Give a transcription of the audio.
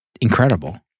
incredible